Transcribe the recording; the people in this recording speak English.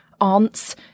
aunts